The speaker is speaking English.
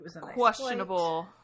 questionable